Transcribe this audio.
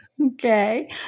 Okay